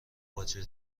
باجه